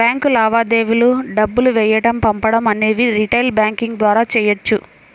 bank లావాదేవీలు డబ్బులు వేయడం పంపడం అనేవి రిటైల్ బ్యాంకింగ్ ద్వారా చెయ్యొచ్చు